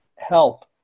help